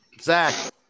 Zach